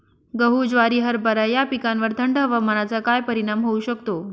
गहू, ज्वारी, हरभरा या पिकांवर थंड हवामानाचा काय परिणाम होऊ शकतो?